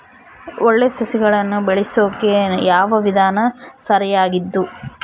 ಒಳ್ಳೆ ಸಸಿಗಳನ್ನು ಬೆಳೆಸೊಕೆ ಯಾವ ವಿಧಾನ ಸರಿಯಾಗಿದ್ದು?